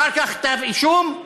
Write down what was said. אחר כך כתב אישום,